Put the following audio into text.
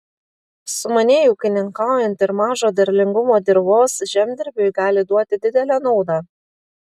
sumaniai ūkininkaujant ir mažo derlingumo dirvos žemdirbiui gali duoti didelę naudą